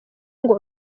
ngo